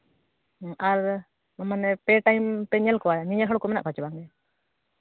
ᱦᱮᱸ ᱟᱨ ᱢᱟᱱᱮ ᱯᱮ ᱴᱟᱭᱤᱢ ᱯᱮ ᱧᱮᱞ ᱠᱚᱣᱟ ᱧᱮᱧᱮᱞ ᱦᱚᱲ ᱠᱚ ᱢᱮᱱᱟᱜ ᱠᱚᱣᱟ ᱥᱮ ᱵᱟᱝ